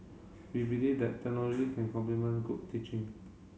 we believe that technology can complement good teaching